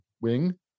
Wing